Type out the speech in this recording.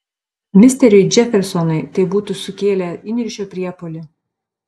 misteriui džefersonui tai būtų sukėlę įniršio priepuolį